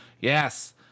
Yes